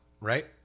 right